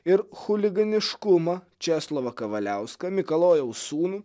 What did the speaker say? ir chuliganiškumą česlovą kavaliauską mikalojaus sūnų